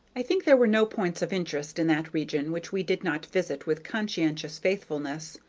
i think there were no points of interest in that region which we did not visit with conscientious faithfulness.